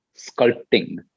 sculpting